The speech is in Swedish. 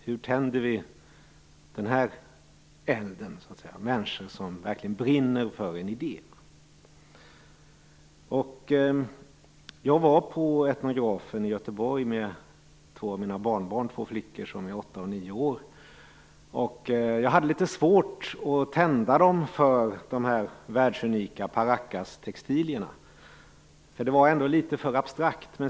Hur tänder vi den elden - människor som verkligen brinner för en idé? Jag besökte Etnografen i Göteborg tillsammans med två av mina barnbarn, två flickor som är åtta respektive nio år. Jag hade litet svårt att tända dem för de världsunika paracastextilierna. Det var litet väl abstrakt.